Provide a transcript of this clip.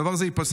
הדבר זה ייפסק.